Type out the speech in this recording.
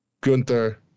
Gunther